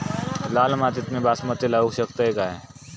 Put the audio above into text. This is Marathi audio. लाल मातीत मी बासमती लावू शकतय काय?